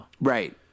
Right